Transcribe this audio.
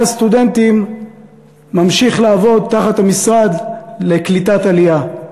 הסטודנטים ממשיך לעבוד תחת המשרד לקליטת עלייה.